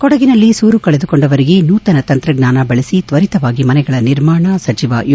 ಕೊಡಗಿನಲ್ಲಿ ಸೂರು ಕಳೆದುಕೊಂಡವರಿಗೆ ನೂತನ ತಂತ್ರಜ್ಞಾನ ಬಳಸಿ ತ್ವರಿತವಾಗಿ ಮನೆಗಳ ನಿರ್ಮಾಣ ಸಚಿವ ಯು